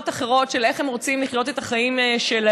אחרות של איך הם רוצים לחיות את החיים שלהם,